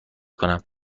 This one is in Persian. کنم